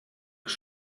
els